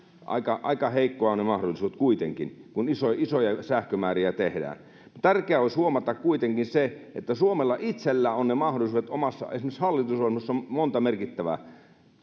aika aika heikkoja ovat kuitenkin ne mahdollisuudet kun isoja sähkömääriä tehdään tärkeää olisi huomata kuitenkin se että suomella itsellään on ne mahdollisuudet esimerkiksi omassa hallitusohjelmassamme on monta merkittävää